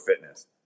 fitness